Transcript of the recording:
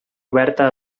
oberta